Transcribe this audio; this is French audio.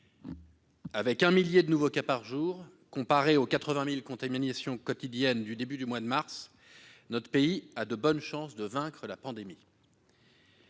Avec un millier de nouveaux cas par jour, comparés aux 80 000 contaminations quotidiennes du début du mois de mars, notre pays a de bonnes chances de vaincre la pandémie.